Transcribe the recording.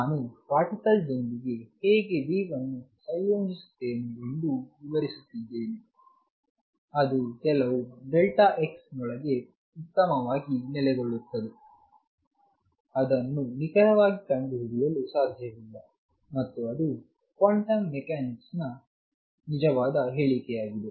ನಾನು ಪಾರ್ಟಿಕಲ್ ದೊಂದಿಗೆ ಹೇಗೆ ವೇವ್ ಅನ್ನು ಸಂಯೋಜಿಸುತ್ತೇನೆ ಎಂದು ವಿವರಿಸುತ್ತಿದ್ದೇನೆ ಅದು ಕೆಲವು ಡೆಲ್ಟಾ x ನೊಳಗೆ ಉತ್ತಮವಾಗಿ ನೆಲೆಗೊಳ್ಳುತ್ತದೆ ಅದನ್ನು ನಿಖರವಾಗಿ ಕಂಡುಹಿಡಿಯಲು ಸಾಧ್ಯವಿಲ್ಲ ಮತ್ತು ಅದು ಕ್ವಾಂಟಮ್ ಮೆಕ್ಯಾನಿಕ್ಸ್ ನ ನಿಜವಾದ ಹೇಳಿಕೆಯಾಗಿದೆ